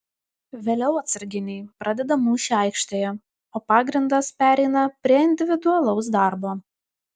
vėliau atsarginiai pradeda mūšį aikštėje o pagrindas pereina prie individualaus darbo